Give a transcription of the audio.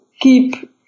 keep